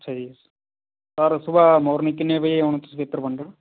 ਅੱਛਾ ਜੀ ਸਰ ਸੁਬਾਹ ਮੋਰਨਿੰਗ ਕਿੰਨੇ ਵਜੇ ਆਉਣਾ ਤੁਸੀਂ ਪੇਪਰ ਵੰਡਣ